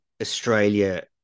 Australia